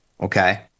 okay